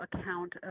account